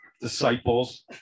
disciples